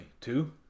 Two